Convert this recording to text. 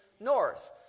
north